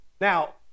now